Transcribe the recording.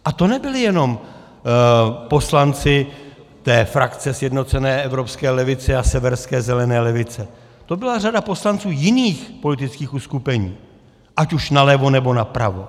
A to nebyli jenom poslanci té frakce Sjednocené evropské levice a Severské zelené levice, to byla řada poslanců jiných politických uskupení, ať už nalevo, nebo napravo.